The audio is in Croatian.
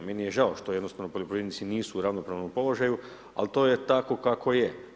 Meni je žao što jednostavno poljoprivrednici nisu u ravnopravnom položaju, al to je tako kako je.